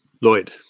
Lloyd